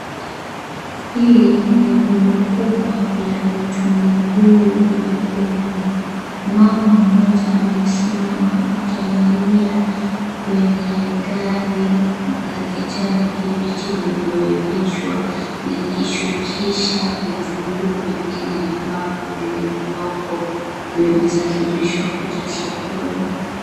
Hili ni rundo kubwa la vitunguu vyekundu. Mama mmoja amesimama akingalia kwenye gari la kijani kibichi likishukisha vitunguu vingine ambavyo vilivyoko vimesafirishwa kuja sokoni.